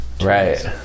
Right